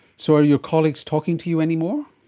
so are your colleagues talking to you anymore?